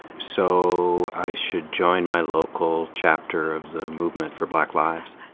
so, i should join my local chapter of the movement for black lives.